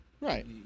Right